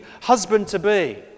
husband-to-be